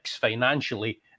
financially